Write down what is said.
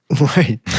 Right